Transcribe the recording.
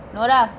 nora